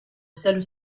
celle